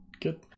good